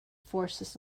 forces